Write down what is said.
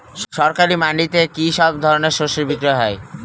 সরকারি মান্ডিতে কি সব ধরনের শস্য বিক্রি হয়?